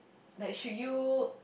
like should you